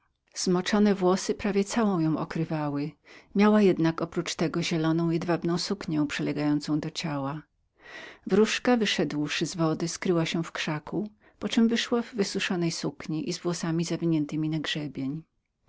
zmoczone włosy prawie całą ją okrywały miała jednak oprócz tego zieloną jedwabną suknię przylegającą do ciała wróżka wyszedłszy z wody skryła się w krzaku poczem wyszła w wysuszonej sukni i z włosami zawiniętemi na grzebień